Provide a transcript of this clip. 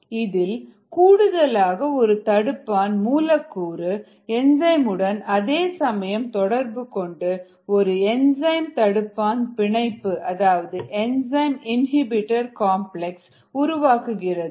இதில் கூடுதலாக ஒரு தடுப்பான் மூலக்கூறு என்சைம் உடன் அதேசமயம் தொடர்பு கொண்டு ஒரு என்சைம் தடுப்பான் பிணைப்பு அதாவது என்சைம் இன்ஹிபிட்டர் காம்ப்ளக்ஸ் உருவாக்குகிறது